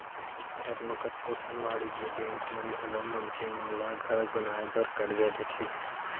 भारत म कतको ठन वाणिज्य बेंक मन घलौ मनसे मन ल घर बनाए बर करजा देथे